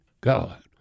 God